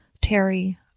Terry